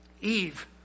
Eve